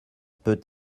peut